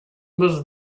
was